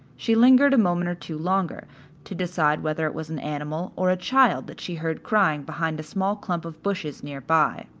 she lingered a moment or two longer to decide whether it was an animal or a child that she heard crying behind a small clump of bushes near by.